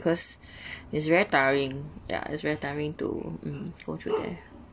cause~ it's very tiring yeah it's very tiring to mm go through there